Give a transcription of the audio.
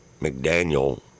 McDaniel